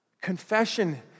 Confession